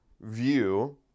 view